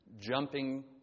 jumping